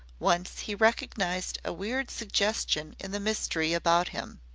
once he recognized a weird suggestion in the mystery about him.